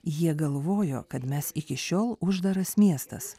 jie galvojo kad mes iki šiol uždaras miestas